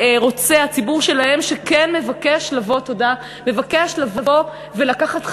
שבה, שרוצה, הציבור שלהם שכן מבקש לבוא ולקחת חלק,